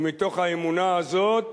ומתוך האמונה הזאת,